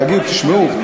להגיד: תשמעו,